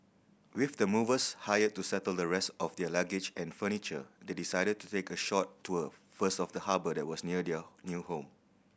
with the movers hired to settle the rest of their luggage and furniture they decided to take a short tour first of the harbour that was near their new home